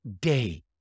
day